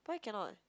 why cannot